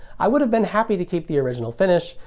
i would have been happy to keep the original finish,